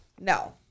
No